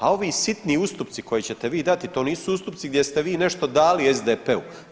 A ovi sitni ustupci koje ćete vi dati to nisu ustupci gdje ste vi nešto dali SDP-u.